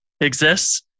exists